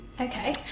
Okay